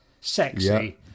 sexy